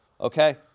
okay